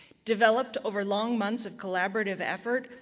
developed over long months of collaborative effort,